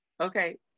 okay